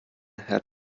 hat